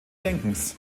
denkens